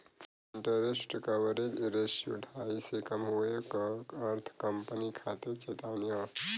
interest coverage ratio ढाई से कम होये क अर्थ कंपनी खातिर चेतावनी हौ